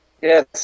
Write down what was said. Yes